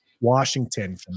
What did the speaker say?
Washington